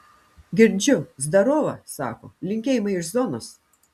girdžiu zdarova sako linkėjimai iš zonos